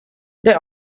there